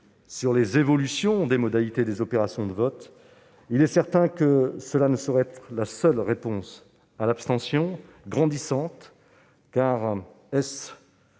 sur l'évolution des modalités des opérations de vote, il est certain que cela ne saurait être la seule réponse à l'abstention grandissante : est-ce